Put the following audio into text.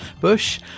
Bush